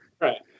right